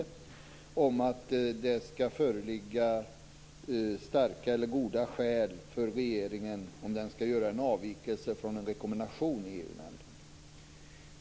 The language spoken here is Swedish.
Det skall alltså föreligga starka eller goda skäl för regeringen om den skall göra en avvikelse från en rekommendation i EU-nämnden.